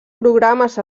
programes